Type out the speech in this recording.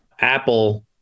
Apple